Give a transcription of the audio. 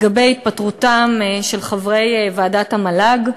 על התפטרותם של חברי המל"ג.